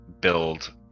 build